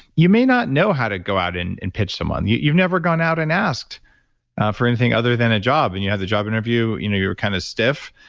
you may not know how to go out and and pitch someone. you've never gone out and asked for anything other than a job. and you have the job interview. you know you're kind of stiff,